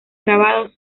grabados